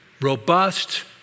robust